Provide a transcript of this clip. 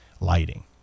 lighting